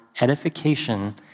edification